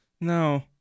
No